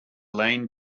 lane